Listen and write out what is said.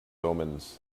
omens